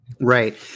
right